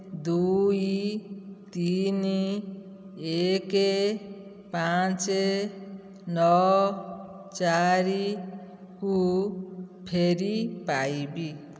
ଦୁଇ ତିନି ଏକ ପାଞ୍ଚ ନଅ ଚାରି କୁ ଫେରି ପାଇବି